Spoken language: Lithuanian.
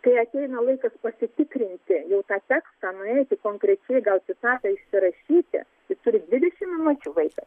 kai ateina laikas pasitikrinti jau tą tekstą nueiti konkrečiai gal citatą įsirašyti jis turi dvidešimt minučių vaikas